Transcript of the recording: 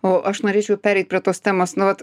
o aš norėčiau pereit prie tos temos nu vat